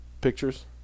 pictures